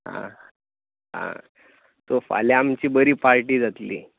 आं आं सो फाल्यां आमची बरी पार्टी जातली